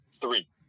three